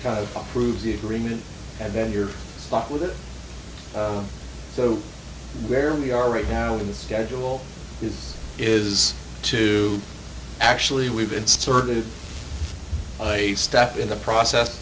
kind of approves the agreement and then you're stuck with it so where we are right now in the schedule is is to actually we've inserted a step in the process